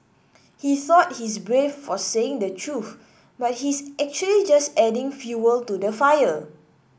he thought he's brave for saying the truth but he's actually just adding fuel to the fire